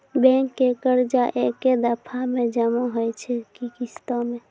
Bank के कर्जा ऐकै दफ़ा मे जमा होय छै कि किस्तो मे?